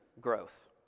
growth